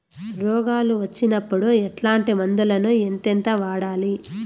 రోగాలు వచ్చినప్పుడు ఎట్లాంటి మందులను ఎంతెంత వాడాలి?